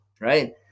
right